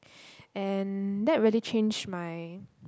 and that really changed my